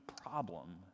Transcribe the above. problem